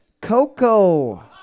Coco